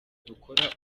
dukora